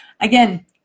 again